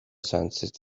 sensed